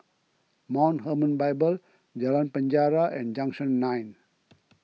Mount Hermon Bible Jalan Penjara and Junction nine